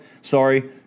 sorry